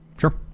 Sure